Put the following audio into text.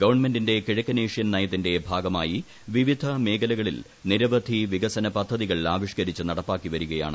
ഗവൺമെന്റിന്റെ കിഴക്കനേഷ്യൻ നയത്തിന്റെ ഭാഗമായി വിവിധ മേഖലകളിൽ നിരവധി വികസന പ്രഭ്ധതികൾ ആവിഷ്കരിച്ച് നടപ്പാക്കി വരികയാണ്